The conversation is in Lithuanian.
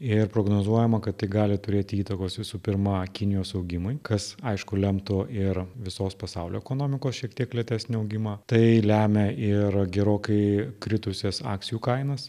ir prognozuojama kad gali turėti įtakos visų pirma kinijos augimui kas aišku lemtų ir visos pasaulio ekonomikos šiek tiek lėtesnį augimą tai lemia ir gerokai kritusias akcijų kainas